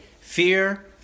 Fear